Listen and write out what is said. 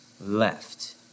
left